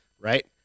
right